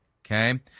Okay